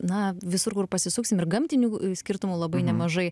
na visur kur pasisuksim ir gamtinių skirtumų labai nemažai